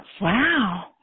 Wow